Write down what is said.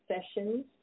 sessions